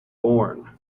born